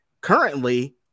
currently